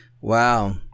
Wow